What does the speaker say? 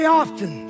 often